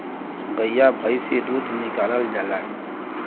गइया भईस से दूध निकालल जाला